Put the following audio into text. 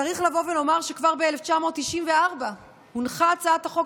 צריך לבוא ולומר שכבר ב-1994 הונחה הצעת החוק